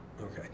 Okay